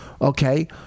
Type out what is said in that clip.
Okay